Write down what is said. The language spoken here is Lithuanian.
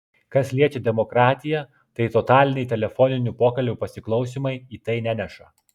kas liečia demokratiją tai totaliniai telefoninių pokalbių pasiklausymai į tai neneša